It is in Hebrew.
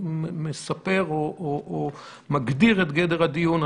מספר או מגדיר את גדר הדיון.